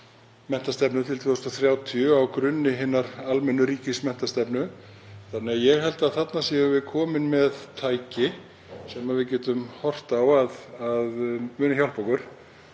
menntastefnu til 2030 á grunni hinnar almennu ríkismenntastefnu. Ég held að þarna séum við komin með tæki sem við getum horft á að muni hjálpa okkur